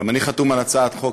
גם אני חתום על הצעת החוק,